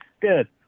Good